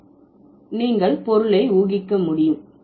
நீங்கள் ஒலியை கேட்கும் போது நீங்கள் பொருளை ஊகிக்க முடியும்